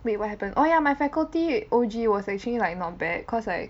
wait what happened oh ya my faculty O_G was actually like not bad cause like